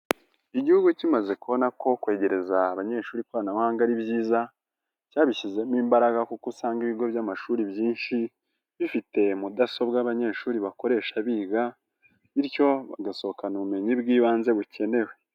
Igihugu kimaze kubona ko kwegereza abanyeshuri ikoranabuhanga ari byiza, cyabishyizemo imbaraga kuko usanga ibigo by'amashuri byinshi, bifite mudasobwa abanyeshuri bakoresha biga bityo bagasohokana ubumenyi bw'ibanze bukenewe.